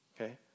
okay